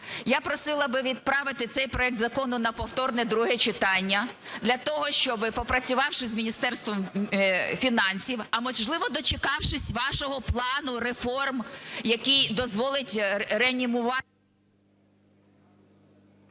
Я просила би відправити цей проект закону на повторне друге читання, для того щоб, попрацювавши з Міністерством фінансів, а, можливо, дочекавшись вашого плану реформ, який дозволить реанімувати...